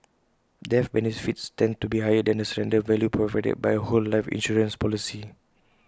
death benefits tend to be higher than the surrender value provided by A whole life insurance policy